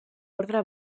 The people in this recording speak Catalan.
ordre